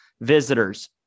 visitors